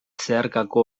zeharkako